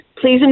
Please